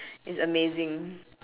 it's amazing